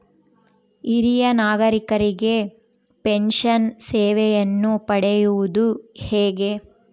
ಹಿರಿಯ ನಾಗರಿಕರಿಗೆ ಪೆನ್ಷನ್ ಸೇವೆಯನ್ನು ಪಡೆಯುವುದು ಹೇಗೆ?